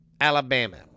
Alabama